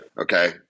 Okay